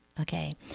okay